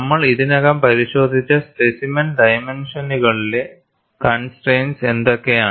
നമ്മൾ ഇതിനകം പരിശോധിച്ച സ്പെസിമെൻ ഡൈമെൻഷനുകളിലെ കൺസ്ട്രൈൻസ് എന്തൊക്കെയാണ്